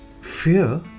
Fear